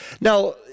Now